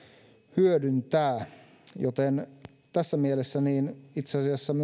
hyödyntää tässä mielessä itse asiassa